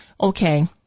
Okay